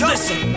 Listen